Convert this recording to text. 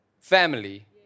family